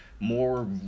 More